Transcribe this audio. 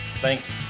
Thanks